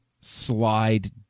slide